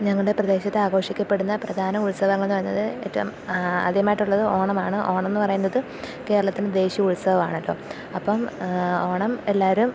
ഞങ്ങളുടെ പ്രദേശത്ത് ആഘോഷിക്കപ്പെടുന്ന പ്രധാന ഉത്സവങ്ങളെന്നു പറയുന്നത് ഏറ്റവും ആദ്യമായിട്ടുള്ളത് ഓണമാണ് ഓണമെന്നു പറയുന്നത് കേരളത്തിന്റെ ദേശീയ ഉത്സവമാണല്ലോ അപ്പോള് ഓണം എല്ലാവരും